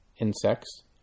insects